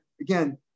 again